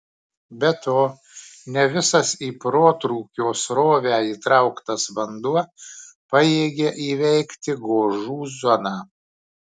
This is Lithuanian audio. be to ne visas į protrūkio srovę įtrauktas vanduo pajėgia įveikti gožų zoną